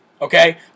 Okay